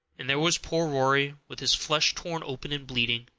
and there was poor rory with his flesh torn open and bleeding,